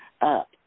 up